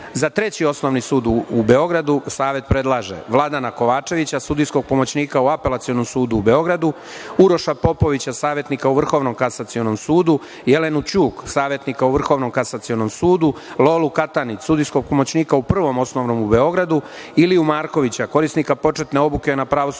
Treći osnovni sud u Beogradu Savet predlaže Vladana Kovačevića, sudijskog pomoćnika u Apelacionom sudu u Beogradu, Uroša Popovića, savetnika u Vrhovnom kasacionom sudu, Jelenu Ćuk, savetnika u Vrhovnom kasacionom sudu, Lolu Katanić, sudijskog pomoćnika u Prvom osnovnom sudu u Beogradu, Iliju Markovića, korisnika početne obuke na Pravosudnoj